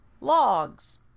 logs